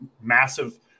massive